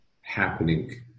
happening